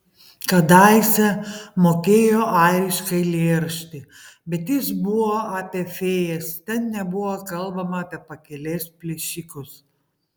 kadaise mokėjo airišką eilėraštį bet jis buvo apie fėjas ten nebuvo kalbama apie pakelės plėšikus